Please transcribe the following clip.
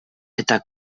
eta